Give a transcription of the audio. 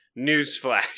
newsflash